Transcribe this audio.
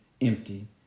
empty